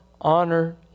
honor